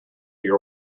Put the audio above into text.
your